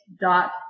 dot